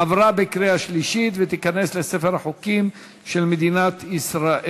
עברה בקריאה שלישית ותיכנס לספר החוקים של מדינת ישראל.